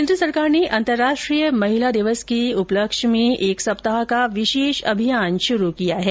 केन्द्र सरकार ने अंतर्राष्ट्रीय महिला दिवस के सिलसिले में एक सप्ताह का विशेष अभियान शुरू किया है